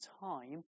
time